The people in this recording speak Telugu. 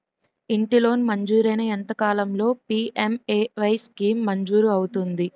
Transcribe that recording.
ఇంటి లోన్ మంజూరైన ఎంత కాలంలో పి.ఎం.ఎ.వై స్కీమ్ మంజూరు అవుతుంది?